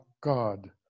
god